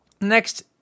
Next